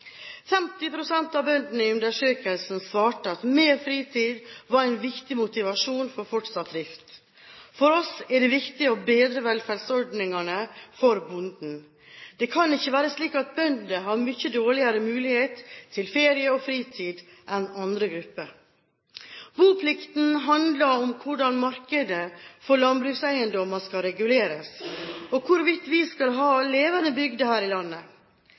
av bøndene i undersøkelsen svarte at mer fritid var en viktig motivasjon for fortsatt drift. For oss er det viktig å bedre velferdsordningene for bonden. Det kan ikke være slik at bønder har mye dårligere mulighet til ferie og fritid enn andre grupper. Boplikten handler om hvordan markedet for landbrukseiendommer skal reguleres og hvorvidt vi skal ha levende bygder her i landet.